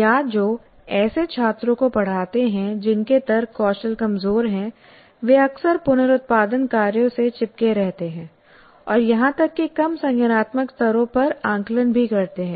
या जो ऐसे छात्रों को पढ़ाते हैं जिनके तर्क कौशल कमजोर हैं वे अक्सर पुनरुत्पादन कार्यों से चिपके रहते हैं और यहां तक कि कम संज्ञानात्मक स्तरों पर आकलन भी करते हैं